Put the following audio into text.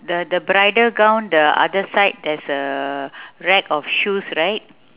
the the bridal gown the other side there is a rack of shoes right